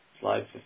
slide